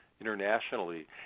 internationally